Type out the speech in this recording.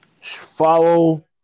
Follow